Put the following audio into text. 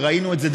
וראינו את זה,